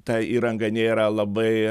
ta įranga nėra labai